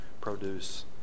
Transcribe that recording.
produce